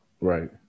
Right